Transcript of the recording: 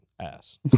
ass